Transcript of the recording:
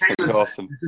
awesome